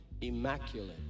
immaculate